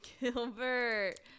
Gilbert